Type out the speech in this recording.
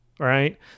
right